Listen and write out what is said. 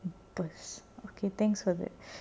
burst okay thanks for that